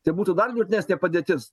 tai būtų dar liūdnesnė padėtis